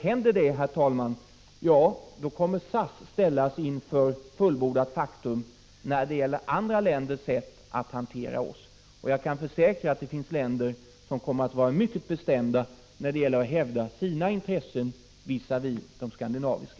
Händer det, herr talman, kommer SAS att då ställas inför fullbordat faktum när det gäller andra länders sätt att hantera oss, och jag vet att det finns länder som kommer att vara mycket bestämda när det gäller att hävda sina intressen visavi de skandinaviska.